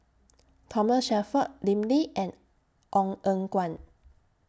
Thomas Shelford Lim Lee and Ong Eng Guan